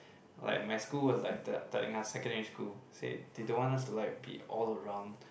like my school was like tell telling us secondary school say they don't want us to like be all around